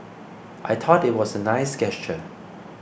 I thought it was a nice gesture